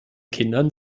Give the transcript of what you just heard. kindern